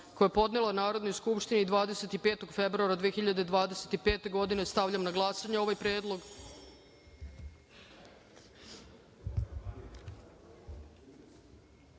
koji je podnela Narodnoj skupštini 21. februara 2025. godine. Stavljam na glasanje ovaj